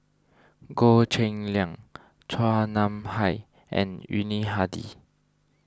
Goh Cheng Liang Chua Nam Hai and Yuni Hadi